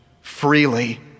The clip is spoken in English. freely